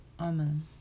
Amen